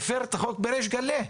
מפר את החוק בריש גלי.